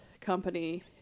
Company